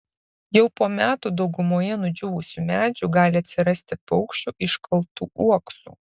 jau po metų daugumoje nudžiūvusių medžių gali atsirasti paukščių iškaltų uoksų